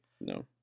No